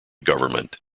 government